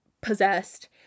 possessed